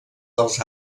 dels